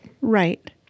Right